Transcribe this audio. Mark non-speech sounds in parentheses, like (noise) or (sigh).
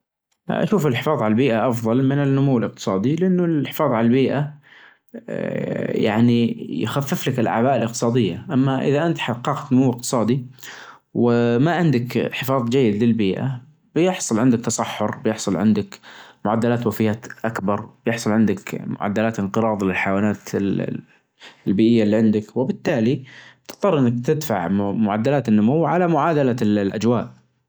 أكيد طبعا في شعراء مشهورين چدا في العصر الحديث سواء في المملكة أو برة المملكة، (hesitation) يمكن أشهرهم في الآونة الأخيرة ناصر الفراعى (hesitation) برنامچ شاعر المليون طلع الصراحة شعراء يعنى ف-في الشعر الحديث أقوياء چدا چدا چدا، الشعر الحديث هالحين يضاهى ال-ال-الشعر ال-ال-القديم والتاريخي والتراثي.